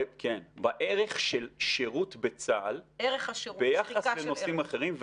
כן, בערך של שירות בצה"ל ביחס לנושאים אחרים.